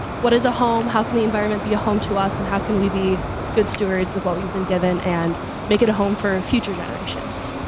what is a home? how can the environment be a home to us? and how can we be good stewards of what we've been given and make it a home for future generations?